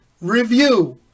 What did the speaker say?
review